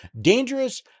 dangerous